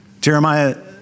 Jeremiah